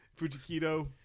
Fujikido